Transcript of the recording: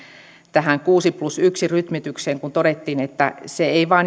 tähän kuusi plus yksi rytmitykseen kun todettiin että se ei vain